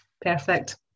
Perfect